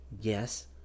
Yes